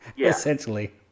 essentially